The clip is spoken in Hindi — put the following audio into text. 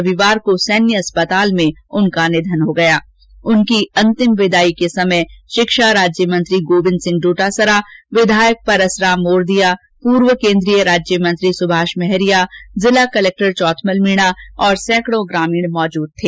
रविवार को सैन्य अस्पताल में उनका निधन हो गया उनकी अंतिम विदाई के समय शिक्षा राज्य मंत्री गोविंद सिंह डोटासरा विधायक परसराम मोरदिया पूर्व केन्द्रीय राज्य मंत्री सुभाष महरिया जिला कलेक्टर चौथमल मीणा और सैकड़ों ग्रामीण मौजूद थे